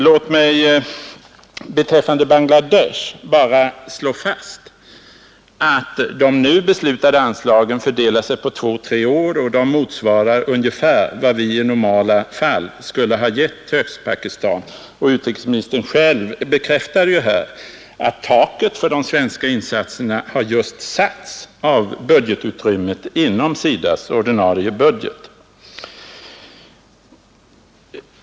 Låt mig beträffade Bangladesh slå fast att de nu beslutade anslagen fördelar sig på tre år och att de motsvarar ungefär vad vi i normala fall skulle ha givit till Östpakistan. Utrikesministern bekräftade själv att taket för de svenska insatserna satts just med hänsyn till utrymmet inom SIDA :s ordinarie budget.